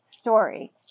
story